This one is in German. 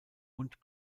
und